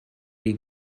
chi